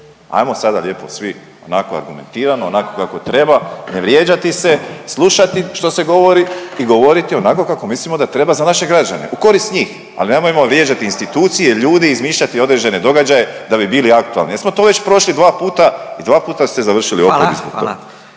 Ajmo sada lijepo svi onako argumentirano, onako kako treba, ne vrijeđati se, slušati što se govori i govoriti onako kako mislimo da treba za naše građane, u korist njih, ali nemojmo vrijeđati institucije, ljude i izmišljati određene događaje da bi bili aktualni jer smo to već prošli dva puta i dva puta ste završili u oporbi zbog